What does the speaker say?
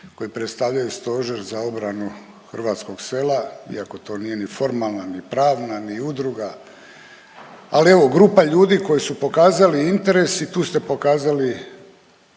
koji predstavljaju stožer za obranu hrvatskog sela iako to nije ni formalna, ni pravna, ni udruga, ali evo grupa ljudi koji su pokazali interes i tu ste pokazali